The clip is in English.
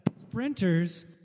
sprinters